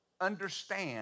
understand